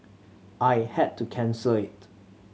I had to cancel it